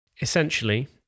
Essentially